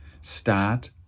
Start